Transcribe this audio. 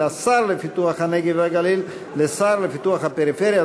השר לפיתוח הנגב והגליל לשר לפיתוח הפריפריה,